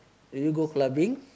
will you go clubbing